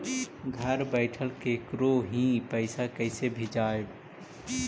घर बैठल केकरो ही पैसा कैसे भेजबइ?